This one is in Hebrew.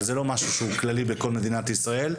אבל זה לא משהו שהוא כללי בכל מדינת ישראל.